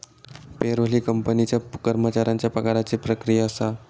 payroll ही कंपनीच्या कर्मचाऱ्यांच्या पगाराची प्रक्रिया असा